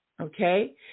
okay